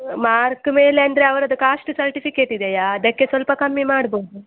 mark ಮೇಲಂದ್ರೆ ಅವರದು caste certificate ಇದೆಯಾ ಅದಕ್ಕೆ ಸ್ವಲ್ಪ ಕಮ್ಮಿ ಮಾಡಬಹುದು